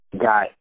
got